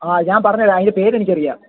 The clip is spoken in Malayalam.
ആ ഞാൻ പറഞ്ഞു തരാം അതിൻ്റെ പേരെനിക്കറിയാം